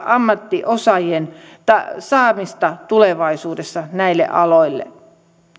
ammattiosaajien saamista tulevaisuudessa näille aloille